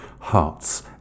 Hearts